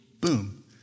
Boom